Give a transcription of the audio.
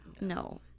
no